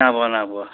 নাইপোৱা নাইপোৱা